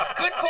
good